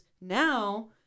now